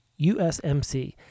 USMC